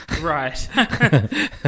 Right